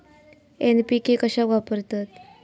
NPK कशाक वापरतत?